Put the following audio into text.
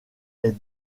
est